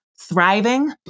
thriving